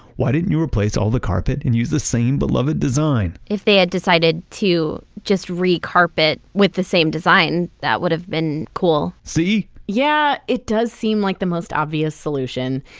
why didn't you replace all the carpet and use the same beloved design? if they had decided to just re-carpet with the same design, that would've been cool see? yeah. it does seem like the most obvious solution,